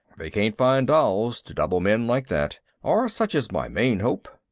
they can't find dolls to double men like that or such is my main hope.